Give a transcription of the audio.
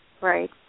Right